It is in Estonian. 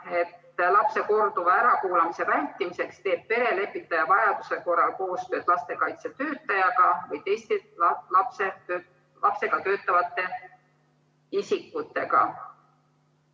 lapse korduva ärakuulamise vältimiseks teeb perelepitaja vajaduse korral koostööd lastekaitsetöötajaga või teiste lapsega töötavate isikutega